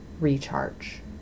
recharge